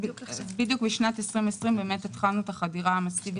בשנת 2020 התחלנו את החדירה המסיבית.